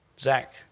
Zach